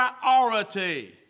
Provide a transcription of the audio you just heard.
priority